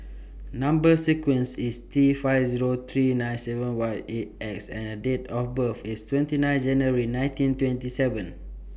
Number sequence IS T five Zero three nine seven one eight X and Date of birth IS twenty nine January nineteen twenty seven